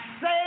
say